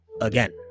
again